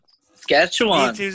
Saskatchewan